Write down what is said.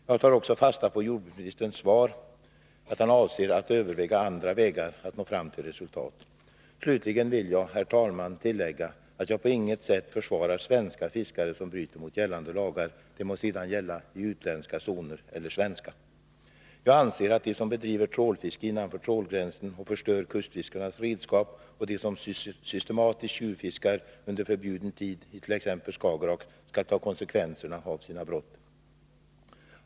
Jag tar också fasta på jordbruksministerns svar, där han säger att han avser att överväga andra vägar att nå fram till resultat. Slutligen vill jag, herr talman, tillägga, att jag på inget sätt försvarar svenska fiskare som bryter mot gällande lagar. Det må sedan gälla i utländska eller i svenska zoner. Jag anser att de som bedriver trålfiske innanför trålgränsen och förstör kustfiskarnas redskap och de som systematiskt tjuvfiskar under förbjuden tid i t.ex. Skagerrak skall ta konsekvenserna av sina brott.